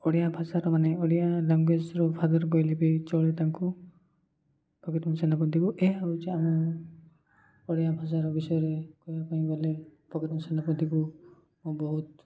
ଓଡ଼ିଆ ଭାଷାର ମାନେ ଓଡ଼ିଆ ଲାଙ୍ଗୁଏଜର ଫାଦର କହିଲେ ବି ଚଳେ ତାଙ୍କୁ ଫକୀର ମୋହନ ସେନାପତିଙ୍କୁ ଏହା ହଉଛି ଆମ ଓଡ଼ିଆ ଭାଷାର ବିଷୟରେ କହିବା ପାଇଁ ଗଲେ ଫକୀର ମୋହନ ସେନପତିଙ୍କୁ ମୁଁ ବହୁତ